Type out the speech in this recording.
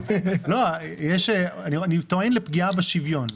אני טוען לפגיעה בשוויון.